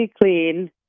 clean